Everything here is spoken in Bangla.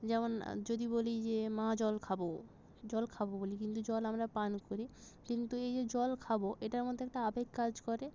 যেমন যদি বলি যে মা জল খাবো জল খাবো বলি কিন্তু জল আমরা পান করি কিন্তু এই যে জল খাবো এটার মধ্যে একটা আবেগ কাজ করে